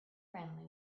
friendly